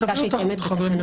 חברים,